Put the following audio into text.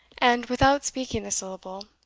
and, without speaking a syllable,